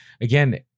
Again